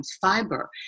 fiber